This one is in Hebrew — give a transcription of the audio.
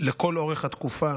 לכל אורך התקופה